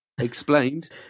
explained